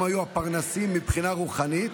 הם היו הפרנסים מבחינה רוחנית,